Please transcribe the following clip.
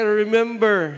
remember